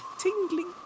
tingling